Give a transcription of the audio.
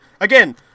Again